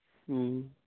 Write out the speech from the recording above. ᱦᱮᱸ